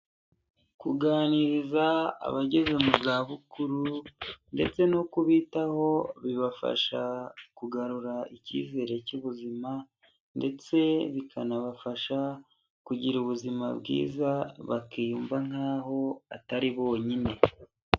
Kuganiriza abageze mu zabukuru ndetse no kubitaho bibafasha kugarura icyizere cy'ubuzima, ndetse bikanabafasha kugira ubuzima bwiza bakiyumva nk'aho atari bonyine.